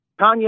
Kanye